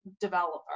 developer